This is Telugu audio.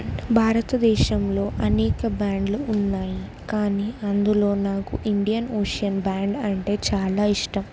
భారతదేశంలో అనేక బ్యాండ్లు ఉన్నాయి కానీ అందులో నాకు ఇండియన్ ఓషన్ బ్యాండ్ అంటే చాలా ఇష్టం